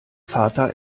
vater